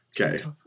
Okay